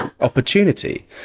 opportunity